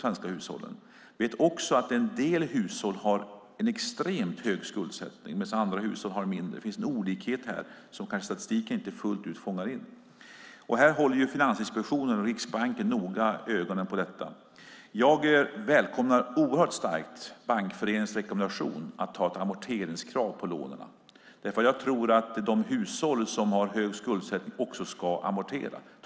Vi vet också att en del hushåll har en extremt hög skuldsättning medan andra hushåll har mindre. Det finns en olikhet som kanske inte statistiken fullt ut fångar in. Här håller Finansinspektionen och Riksbanken noga ögonen på detta. Jag välkomnar oerhört starkt Bankföreningens rekommendation att ha ett amorteringskrav på lånen. Jag tror att de hushåll som har hög skuldsättning också ska amortera.